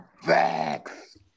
Facts